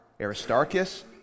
Aristarchus